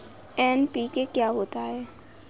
NPK क्या होता है?